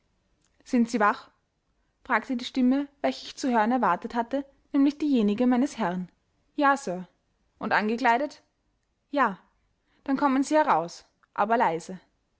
sind sie wach fragte die stimme welche ich zu hören erwartet hatte nämlich diejenige meines herrn ja sir und angekleidet ja dann kommen sie heraus aber leise